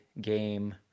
game